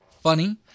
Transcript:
funny